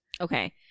Okay